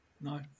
No